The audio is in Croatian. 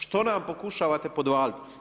Što nam pokušavate podvaliti.